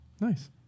nice